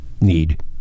need